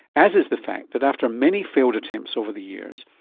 as is the fact that after many failed attempts over the years,